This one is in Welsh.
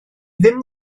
ddim